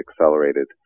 accelerated